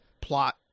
plot